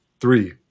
Three